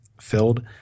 filled